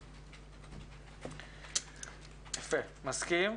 יפה, מסכים.